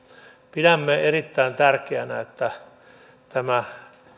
pidämme erittäin tärkeänä että tämä